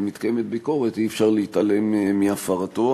ומתקיימת ביקורת, אי-אפשר להתעלם מהפרתו.